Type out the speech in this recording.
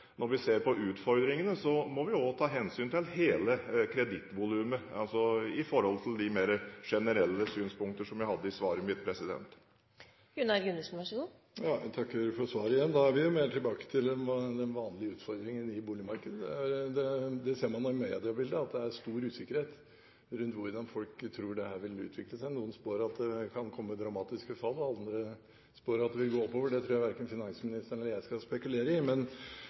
når vi ser på utfordringene, må vi også ta hensyn til hele kredittvolumet i forhold til de mer generelle synspunktene som jeg hadde i svaret mitt. Jeg takker igjen for svaret. Da er vi egentlig tilbake igjen til de vanlige utfordringene i boligmarkedet. Man kan se av mediebildet at det er stor usikkerhet blant folk om hvordan de tror dette vil utvikle seg. Noen spår at det kan komme dramatiske fall, og andre spår at det vil gå oppover. Det tror jeg verken finansministeren eller jeg skal spekulere i.